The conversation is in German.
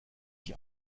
ich